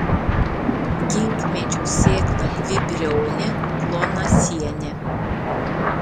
ginkmedžio sėkla dvibriaunė plonasienė